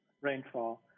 rainfall